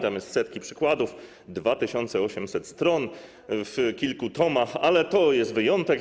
Tam są setki przykładów - 2800 stron w kilku tomach - ale to jest wyjątek.